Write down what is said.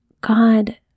God